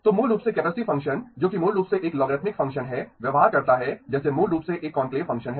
तो मूल रूप से कैपेसिटी फ़ंक्शन जो कि मूल रूप से एक लोगैरिथ्मिक फ़ंक्शन है व्यवहार करता है जैसे मूल रूप से एक कॉन्क्लेव फंक्शन है